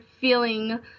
feeling